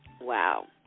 Wow